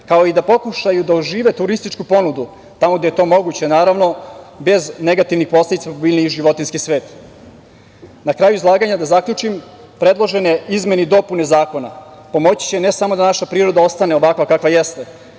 kao i da pokušaju da ožive turističku ponudu tamo gde je to moguće, naravno, bez negativnih posledica po biljni i životinjski svet. Na kraju izlaganja da zaključim. Predložene izmene i dopune Zakona pomoći će ne samo da naša privreda ostane ovakva kakva jeste,